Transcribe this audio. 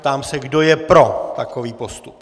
Ptám se, kdo je pro takový postup.